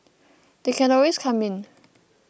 they can always come in